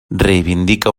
reivindica